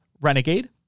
Renegade